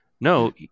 no